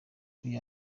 uyu